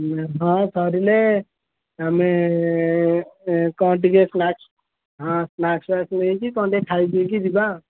ହଁ ସରିଲେ ଆମେ କ'ଣ ଟିକେ ସ୍ନାକ୍ସ ହଁ ସ୍ନାକ୍ସ ନେଇକି କ'ଣ ଟିକେ ଖାଇ ପିଇକି ଯିବା